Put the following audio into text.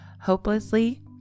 Hopelessly